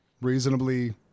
reasonably